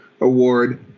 Award